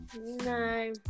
No